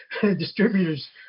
Distributors